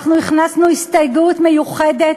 אנחנו הכנסנו הסתייגות מיוחדת,